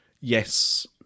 Yes